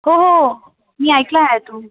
हो हो मी ऐकला आहे तो